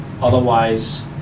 otherwise